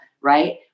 right